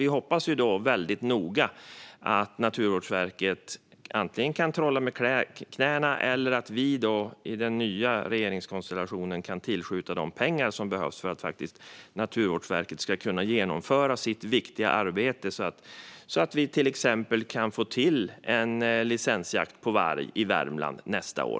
Vi hoppas antingen att Naturvårdsverket kan trolla med knäna eller att vi i den nya regeringskonstellationen kan tillskjuta de pengar som behövs för att Naturvårdsverket ska kunna genomföra sitt viktiga arbete så att vi till exempel kan få till licensjakt på varg i Värmland nästa år.